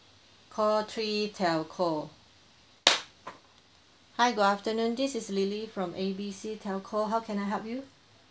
call three telco hi good afternoon this is lily from A B C telco how can I help you